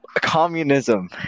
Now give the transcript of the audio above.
communism